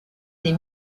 des